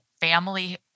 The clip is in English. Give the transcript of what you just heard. family